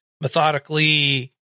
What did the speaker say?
methodically